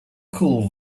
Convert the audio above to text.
cool